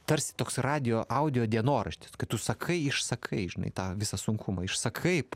tarsi toks radijo audio dienoraštis kai tu sakai išsakai žinai tą visą sunkumą išsakai